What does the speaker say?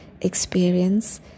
experience